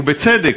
ובצדק,